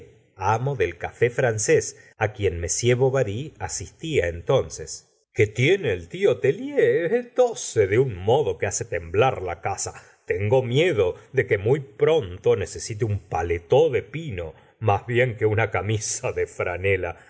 amo del café francés quien m bovary asistía entonces qué tiene el tío tellier tose de un modo que hace temblar la casa tengo miedo de que muy pronto necesite un paletó de pino más bien que una camisa de franela